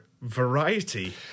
variety